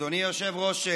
אדוני היושב-ראש.